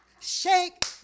shake